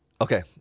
Okay